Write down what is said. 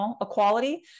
equality